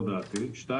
שנית,